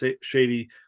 shady